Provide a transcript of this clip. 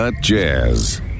Jazz